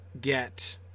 get